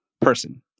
person